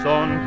on